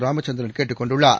ராமச்சந்திரன் கேட்டுக் கொண்டுள்ளார்